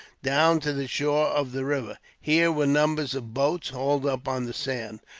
down to the shore of the river. here were numbers of boats, hauled up on the sand.